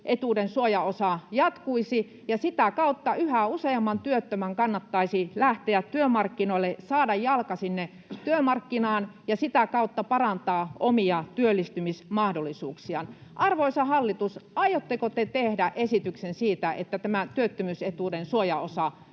suojaosa jatkuisi ja sitä kautta yhä useamman työttömän kannattaisi lähteä työmarkkinoille, saada jalka sinne työmarkkinaan ja sitä kautta parantaa omia työllistymismahdollisuuksiaan. Arvoisa hallitus, aiotteko te tehdä esityksen siitä, että tämä työttömyysetuuden suojaosa